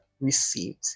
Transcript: received